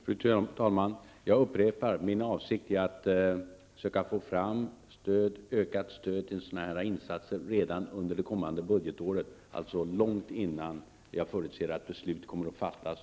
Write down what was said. Fru talman! Jag vill upprepa att min avsikt är att försöka få fram ökat stöd till insatser av den här typen redan under det kommande budgetåret, dvs. långt innan beslutet om folkomröstning kommer att fattas.